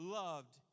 loved